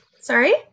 Sorry